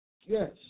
Yes